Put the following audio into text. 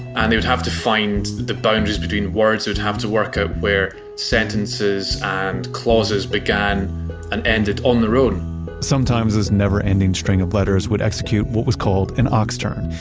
and they would have to find the boundaries between words, they would have to work out where sentences and clauses began and ended on their own sometimes, this never-ending string of letters would execute what was called an ox-turn.